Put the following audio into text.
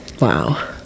Wow